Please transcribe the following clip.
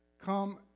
Come